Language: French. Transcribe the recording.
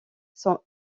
son